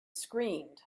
screamed